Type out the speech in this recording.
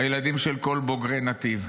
הילדים של כל בוגרי נתיב.